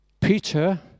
Peter